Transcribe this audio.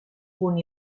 punt